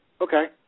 okay